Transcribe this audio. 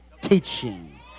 teaching